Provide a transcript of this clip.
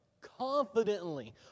confidently